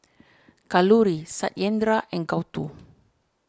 Kalluri Satyendra and Gouthu